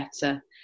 better